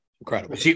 Incredible